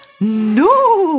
no